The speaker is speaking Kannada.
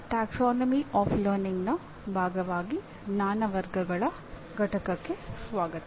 ಟ್ಯಾಕ್ಸಾನಮಿ ಆಫ್ ಲರ್ನಿಂಗ್ನ ಭಾಗವಾಗಿ ಜ್ಞಾನ ವರ್ಗಗಳ ಪಠ್ಯಕ್ಕೆ ಸ್ವಾಗತ